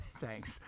Thanks